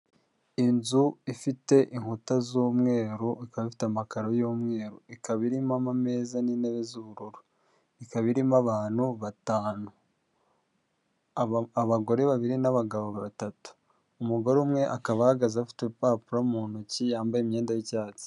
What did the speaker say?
Inzu ifite inkuta z'umweru ikabaf iite amakaro y'umweru, ikaba irimo amameza n'intebe z'ubururu ikaba irimo abantu; abagore babiri n'abagabo batatu. Umugore umwe akaba ahagaze afite urupapuro mu ntoki, yambaye imyenda y'icyatsi.